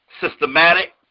systematic